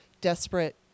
desperate